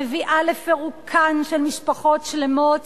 מביאה לפירוקן של משפחות שלמות